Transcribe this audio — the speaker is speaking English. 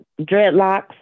dreadlocks